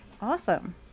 Awesome